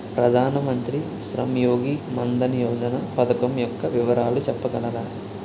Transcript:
ప్రధాన మంత్రి శ్రమ్ యోగి మన్ధన్ యోజన పథకం యెక్క వివరాలు చెప్పగలరా?